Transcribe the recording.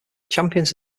champions